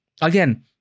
Again